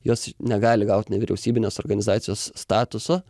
jos negali gaut nevyriausybinės organizacijos statuso